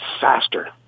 faster